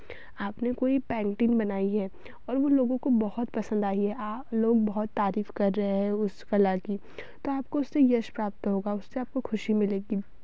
आपने कोई पैंटिन बनाई है और वह लोगों को बहुत पसंद आई है और लोग बहुत तारीफ़ कर रहे हैं उस कला की तो आपको उससे यश प्राप्त होगा उससे आपको खुशी मिलेगी